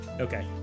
Okay